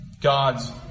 God's